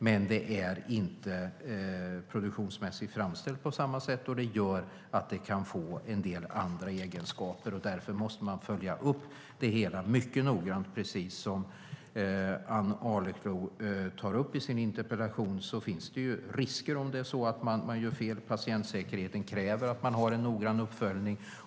Men de är inte produktionsmässigt framställda på samma sätt. Och det leder till att de kan få en del andra egenskaper. Därför måste man följa upp det hela mycket noggrant. Precis som Ann Arleklo tar upp i sin interpellation finns det risker om man gör fel. Patientsäkerheten kräver att man har en noggrann uppföljning.